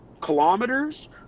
kilometers